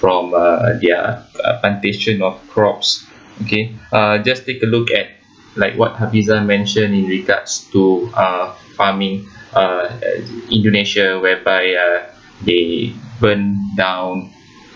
from uh their uh plantation of crops okay uh just take a look at like what hafizah mentioned in regards to uh farming uh indonesia whereby uh they burned down